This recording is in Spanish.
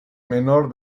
menor